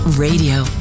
Radio